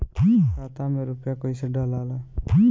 खाता में रूपया कैसे डालाला?